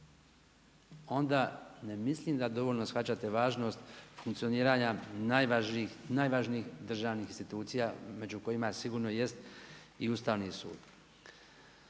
onda ne mislim da dovoljno shvaćate važnost funkcioniranja najvažnijih državnih institucija među kojima sigurno jest i Ustavni sud.